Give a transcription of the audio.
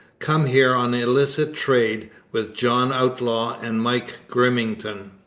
come here on illicit trade, with john outlaw and mike grimmington,